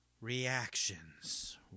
Reactions